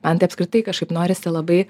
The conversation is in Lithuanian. man tai apskritai kažkaip norisi labai